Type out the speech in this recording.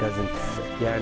but yeah